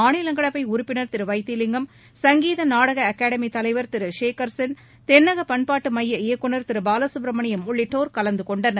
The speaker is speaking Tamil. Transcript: மாநிலங்களவை உறுப்பினர் திரு இந்த வைத்திலிங்கம் சங்கீத நாடக அகாடமி தலைவா் திரு சேக் சென் தென்னக பண்பாட்டு மைய இயக்குநா் திரு பாலசுப்பிரமணியம் உள்ளிட்டோர் கலந்துகொண்டனர்